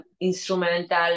instrumental